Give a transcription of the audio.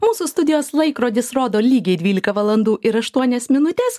mūsų studijos laikrodis rodo lygiai dvyliką valandų ir aštuonias minutes